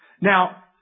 Now